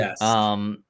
Yes